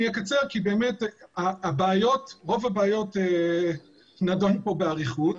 אני אקצר כי רוב הבעיות נדונו פה באריכות.